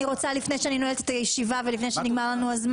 את ההתנגדות ניתן לדון ולעשות בעצם בוועדה.